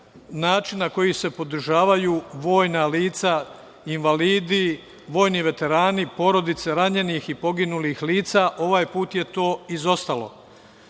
način na koji se podržavaju vojna lica, invalidi, vojni veterani, porodice ranjenih i poginulih lica. Ovaj put je to izostalo.